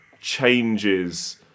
changes